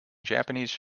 japanese